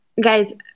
guys